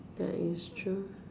that is true